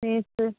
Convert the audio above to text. fees